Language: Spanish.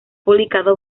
publicado